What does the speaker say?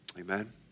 amen